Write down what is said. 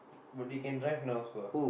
but they can drive now also ah